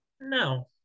No